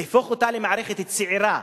להפוך אותה למערכת צעירה.